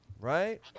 right